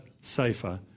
safer